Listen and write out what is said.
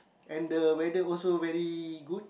and the weather also very good